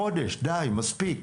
חודש, די, מספיק.